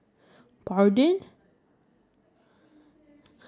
and then make an elephant smaller to fit in your house